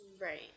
Right